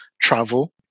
travel